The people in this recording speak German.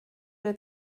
will